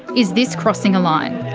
is this crossing a line?